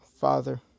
father